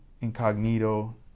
incognito